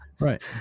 Right